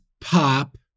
pop